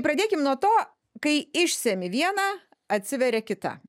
pradėkim nuo to kai išsemi vieną atsiveria kita